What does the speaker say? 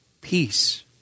peace